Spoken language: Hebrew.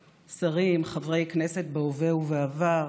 שרים, חברי הכנסת בהווה ובעבר,